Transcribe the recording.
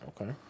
Okay